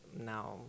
now